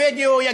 בווידיאו,